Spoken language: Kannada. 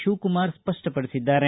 ಶಿವಕುಮಾರ ಸ್ಪಷ್ಟಪಡಿಸಿದ್ದಾರೆ